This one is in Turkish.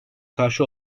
karşı